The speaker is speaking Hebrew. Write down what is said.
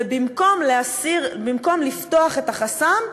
ובמקום להסיר, במקום לפתוח את החסם,